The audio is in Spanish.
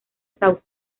sauce